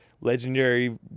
legendary